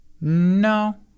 no